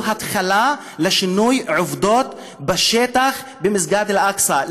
התחלה של שינוי עובדות בשטח במסגד אל-אקצא.